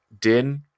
Din